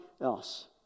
else